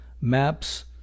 maps